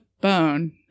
bone